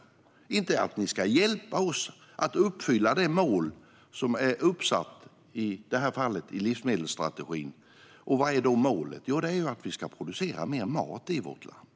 Regeringen säger inte att myndigheterna ska hjälpa oss att uppfylla det mål som är uppsatt, i det här fallet i livsmedelsstrategin. Och vad är då målet? Jo, det är att vi ska producera mer mat i vårt land.